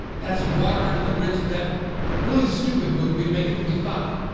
that's water under the bridge. that the really stupid move would be to make it fifty five.